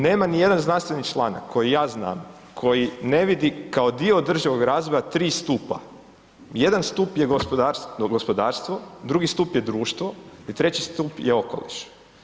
Nema nijedan znanstveni članak koji ja znam koji ne vidi kao dio održivog razvoja tri stupa, jedan stup je gospodarstvo, drugi stup je društvo i treći stup je okoliš.